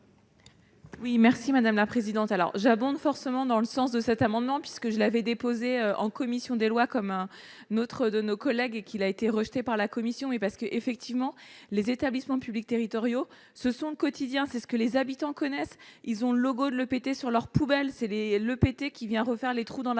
Oui merci madame la présidente, alors j'abonde forcément dans le sens de cet amendement, puisque je l'avais déposé en commission des lois commun notre de nos collègues qu'il a été rejeté par la commission et parce qu'effectivement, les établissements publics territoriaux se sont quotidiens, c'est ce que les habitants connaissent, ils ont le logo de l'EPT sur leurs poubelles scellées, le PT qui vient refaire le trou dans la